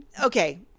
okay